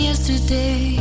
Yesterday